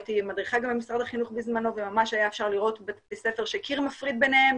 הייתי מדריכה במשרד החינוך והיה אפשר לראות בתי ספר שקיר מפריד מהם,